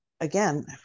again